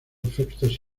efectos